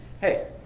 hey